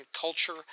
culture